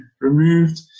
removed